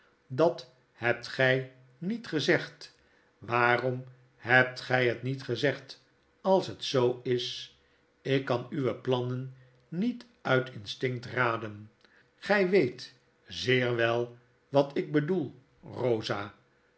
dat hebt gy niet gezegd waarom hebt gy het niet gezegd als het zoo is ik kan uwe plannen niet uit instinct raden gy weet zeer wel wat ik bedoel rosa